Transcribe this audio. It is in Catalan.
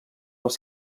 dels